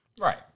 right